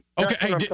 okay